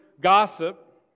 gossip